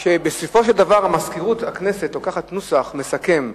כי בסופו של דבר מזכירות הכנסת לוקחת נוסח מסכם,